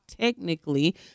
technically